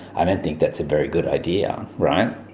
i don't think that's a very good idea, right?